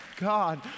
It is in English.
God